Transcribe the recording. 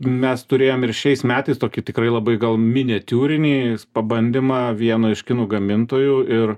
mes turėjom ir šiais metais tokį tikrai labai gal miniatiūrinį pabandymą vieno iš kinų gamintojų ir